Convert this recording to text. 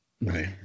Right